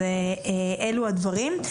אלו הדברים.